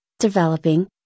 developing